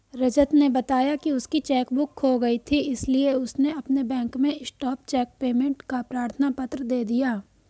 रजत ने बताया की उसकी चेक बुक खो गयी थी इसीलिए उसने अपने बैंक में स्टॉप चेक पेमेंट का प्रार्थना पत्र दे दिया